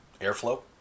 Airflow